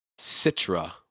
Citra